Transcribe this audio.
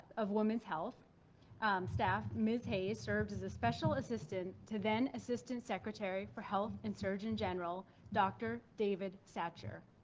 of women's health staff, ms. hayes served as a special assistant to then assistant secretary for health and surgeon general dr. david satcher.